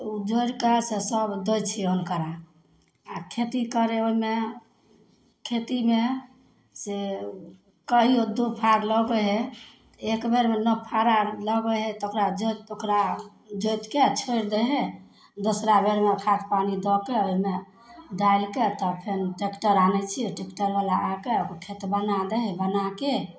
तऽ ओ जोड़िके से सब दै छिए हुनका आओर खेती करै हइ ओहिमे खेतीमे से कहिओ दुइ फार लगै हइ एक बेरमे नओफारा लगै हइ तऽ ओकरा जोत तऽ ओकरा जोतिके छोड़ि दै हइ दोसरा बेरमे खाद पानी दऽके ओहिमे डालिके तब फेर ट्रैकटर आनै छिए ट्रैकटरवला आकऽ खेत बना दै हइ बनाके